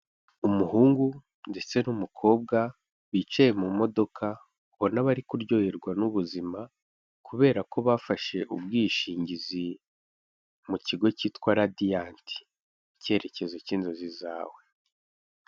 Umuhungu ndetse n'umukobwa bicaye mu modoka ubona bari kuryoherwa n'ubuzima, kubera ko bafashe ubwishingizi mu kigo cyitwa Radiant, icyerekezo cy'inzozi zawe.